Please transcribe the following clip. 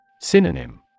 SYNONYM